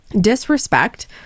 Disrespect